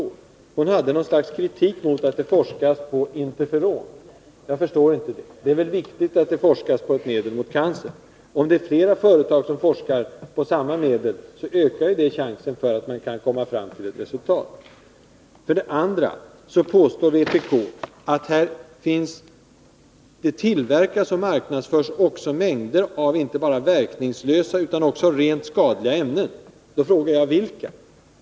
Hon framförde för det första något slags kritik mot att det forskas på 105 Interferon. Jag förstår inte det. Det är väl viktigt att det forskas beträffande ett nytt medel mot cancer. Och om flera företag forskar på samma medel ökar ju chansen att komma fram till ett resultat. För det andra påstår vpk att det tillverkas och marknadsförs mängder av inte bara verkningslösa utan också rent skadliga ämnen. Då frågar jag: Vilka?